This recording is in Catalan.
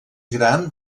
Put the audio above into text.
gran